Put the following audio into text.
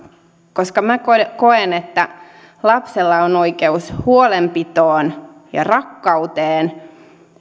koska minä koen että lapsella on oikeus huolenpitoon ja rakkauteen